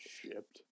shipped